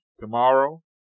tomorrow